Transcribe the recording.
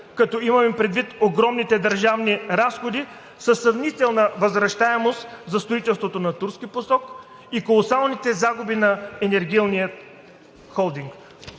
като имаме предвид огромните държавни разходи със съмнителна възвръщаемост за строителството на „Турски поток“ и колосалните загуби на енергийния холдинг?